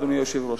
אדוני היושב-ראש.